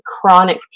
chronic